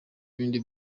ibindi